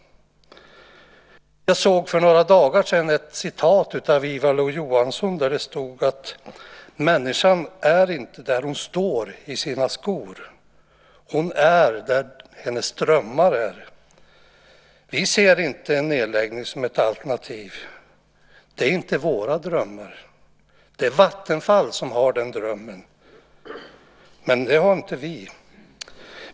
Jag såg för ett par dagar sedan ett citat av Ivar Lo Johansson: Människan är inte där hennes skor står. Hon är där hennes drömmar är. Vi ser inte en nedläggning som ett alternativ. Det är inte våra drömmar. Det är Vattenfall som har den drömmen, men det har inte vi.